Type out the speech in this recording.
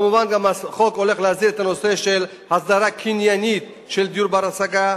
מובן שהחוק גם הולך להסדיר את הנושא של הסדרה קניינית של דיור בר-השגה,